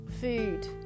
food